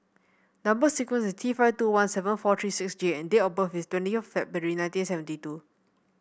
number sequence is T five two one seven four three six J and date of birth is twenty of February nineteen seventy two